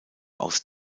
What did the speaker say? aus